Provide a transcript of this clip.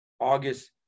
August